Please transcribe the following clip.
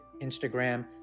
Instagram